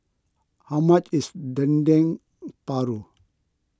how much is Dendeng Paru